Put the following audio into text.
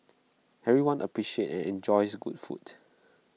everyone appreciates and enjoys good food